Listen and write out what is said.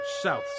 South